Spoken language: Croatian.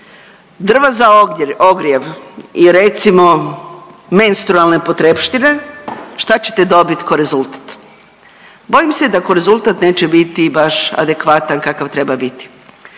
drva za ogrjev i recimo menstrualne potrepštine šta ćete dobiti ko rezultat? Bojim se da ko rezultat neće biti baš adekvatan kakav treba biti.